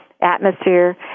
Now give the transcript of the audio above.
atmosphere